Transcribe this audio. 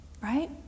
right